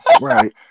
Right